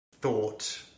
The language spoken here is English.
thought